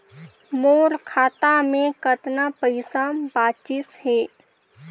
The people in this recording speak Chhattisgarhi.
मोर खाता मे कतना पइसा बाचिस हे?